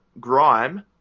Grime